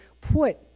put